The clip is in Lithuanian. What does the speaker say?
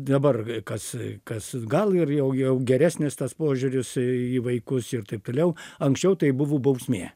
dabar kas kas gal ir jau jau geresnis tas požiūris į vaikus ir taip toliau anksčiau tai buvo bausmė